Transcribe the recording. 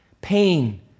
pain